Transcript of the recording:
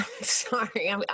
Sorry